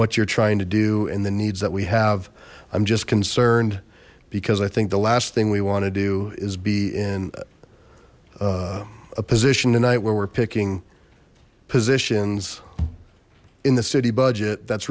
what you're trying to do and the needs that we have i'm just concerned because i think the last thing we want to do is be in a position tonight where we're picking positions in the city budget that's